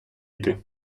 йти